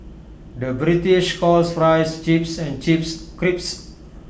the British calls Fries Chips and Chips Crisps